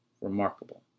remarkable